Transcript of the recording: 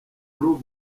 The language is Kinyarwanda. buru